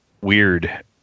weird